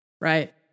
right